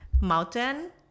mountain